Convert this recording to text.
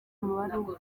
amabaruwa